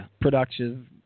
Production